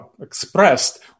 expressed